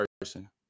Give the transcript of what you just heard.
person